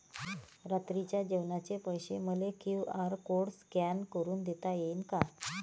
रात्रीच्या जेवणाचे पैसे मले क्यू.आर कोड स्कॅन करून देता येईन का?